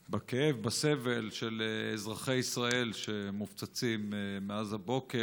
בכאב, בסבל, של אזרחי ישראל שמופצצים מאז הבוקר.